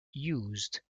used